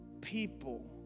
people